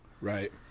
right